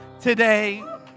today